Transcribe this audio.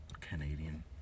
Canadian